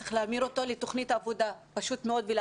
צריך להמיר אותו לתכנית עבודה ולהחלטות.